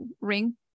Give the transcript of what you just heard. ring